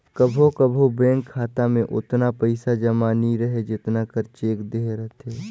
कभों कभों बेंक खाता में ओतना पइसा जमा नी रहें जेतना कर चेक देहे रहथे